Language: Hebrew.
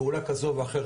פעולה כזו או אחרת,